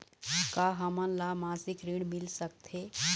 का हमन ला मासिक ऋण मिल सकथे?